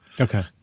Okay